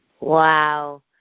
Wow